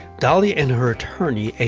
dolly and her attorney, a